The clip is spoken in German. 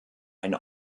ein